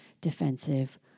defensive